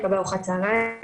לקבל ארוחת צהריים,